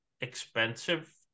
expensive